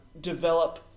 develop